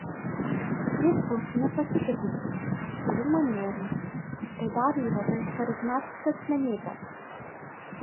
jis buvo savimi pasitikintis gerų manierų ir tai darė jį labai charizmatiška asmenybe